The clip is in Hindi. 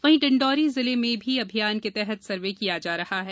वहीं डिण्डोरी जिले में भी अभियान के तहत सर्वे किया जा रहा है